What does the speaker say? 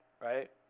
Right